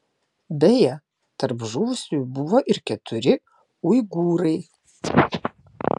beje tarp žuvusiųjų buvo ir keturi uigūrai